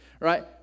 Right